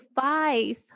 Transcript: five